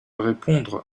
répondre